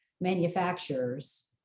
manufacturers